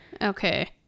okay